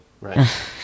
right